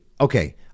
Okay